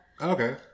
Okay